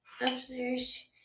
Upstairs